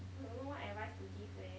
I don't know what advice to give leh